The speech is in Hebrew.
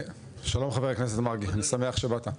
שלום, חבר הכנסת מרגי, אני שמח שבאת.